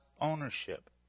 ownership